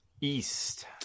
East